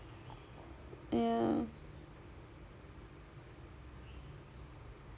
ya